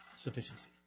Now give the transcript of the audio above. sufficiency